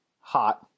hot